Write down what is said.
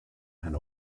and